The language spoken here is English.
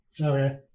Okay